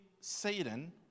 Satan